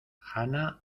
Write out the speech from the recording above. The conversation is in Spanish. jana